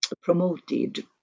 promoted